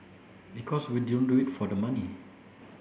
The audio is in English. because we don't do it for the money